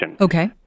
Okay